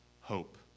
hope